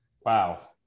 Wow